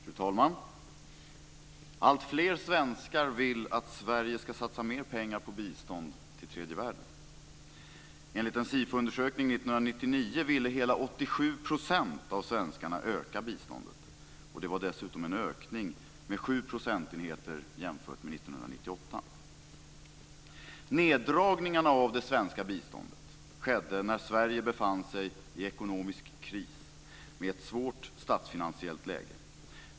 Fru talman! Alltfler svenskar vill att Sverige ska satsa mer pengar på bistånd till tredje världen. Enligt en Sifo-undersökning 1999 ville hela 87 % av svenskarna öka biståndet. Det var dessutom en ökning med sju procentenheter jämfört med 1998. Neddragningarna av det svenska biståndet skedde när Sverige befann sig i ekonomisk kris, med ett svårt statsfinansiellt läge.